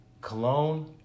Cologne